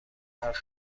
حرف